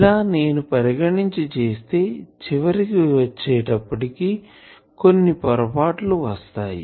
ఇలా నేను పరిగణించి చేస్తే చివరికి వచ్చేటప్పటికి కొన్ని పొరబాట్లు వస్తాయి